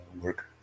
work